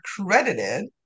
credited